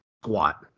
squat